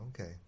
okay